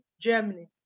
Germany